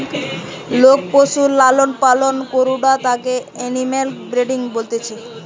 লোক পশুর লালন পালন করাঢু তাকে এনিম্যাল ব্রিডিং বলতিছে